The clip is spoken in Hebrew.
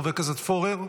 חבר הכנסת פורר,